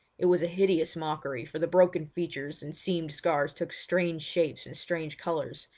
it was a hideous mockery, for the broken features and seamed scars took strange shapes and strange colours,